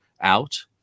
out